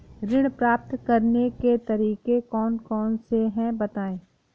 ऋण प्राप्त करने के तरीके कौन कौन से हैं बताएँ?